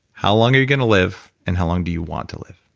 how long are you gonna live and how long do you want to live?